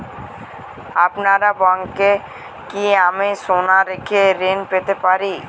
আপনার ব্যাংকে কি আমি সোনা রেখে ঋণ পেতে পারি?